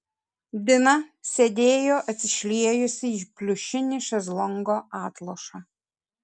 dina sėdėjo atsišliejusi į pliušinį šezlongo atlošą